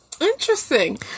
interesting